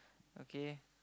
okay